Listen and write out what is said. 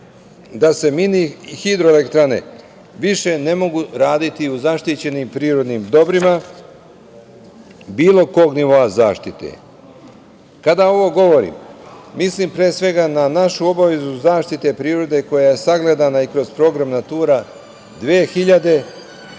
da se mini hidroelektrane više ne mogu raditi u zaštićenim prirodnim dobrima bilo kog nivoa zaštite. Kada ovo govorim, mislim pre svega na našu obavezu zaštite prirode koja je sagledana i kroz program „Natura 2000“,